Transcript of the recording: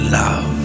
love